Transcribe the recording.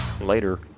Later